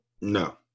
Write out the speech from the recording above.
No